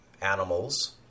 animals